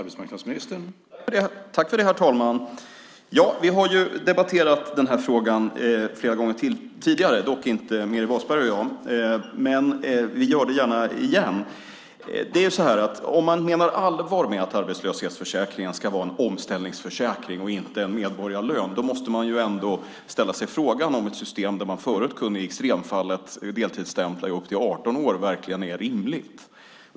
Herr talman! Jag har debatterat den här frågan flera gånger tidigare i kammaren, dock inte med Meeri Wasberg. Men jag gör det gärna igen. Om man menar allvar med att arbetslöshetsförsäkringen ska vara en omställningsförsäkring och inte en medborgarlön måste man ställa sig frågan om ett system som det tidigare, där man i extremfallet kunde deltidsstämpla i upp till 18 år, verkligen är rimligt.